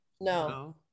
No